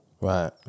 Right